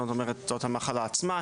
זאת אומרת זאת המחלה עצמה,